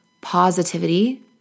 positivity